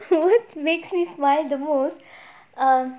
what makes me smile the most err